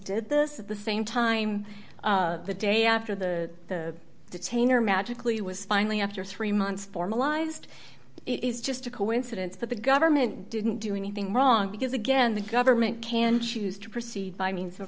did this at the same time the day after the detain or magically was finally after three months formalized it is just a coincidence that the government didn't do anything wrong because again the government can choose to proceed by means